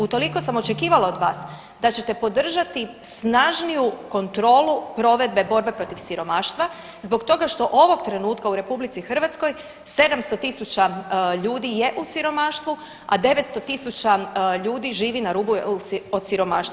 Utoliko sam očekivala od vas da ćete podržati snažniju kontrolu provedbe borbe protiv siromaštva zbog toga što ovog trenutka u RH 700 000 ljudi je u siromaštvu, a 900 000 ljudi živi na rubu siromaštva.